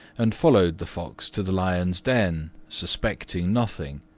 and followed the fox to the lion's den, suspecting nothing.